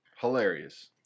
Hilarious